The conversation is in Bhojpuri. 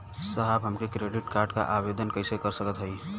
साहब हम क्रेडिट कार्ड क आवेदन कइसे कर सकत हई?